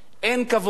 אין כבוד,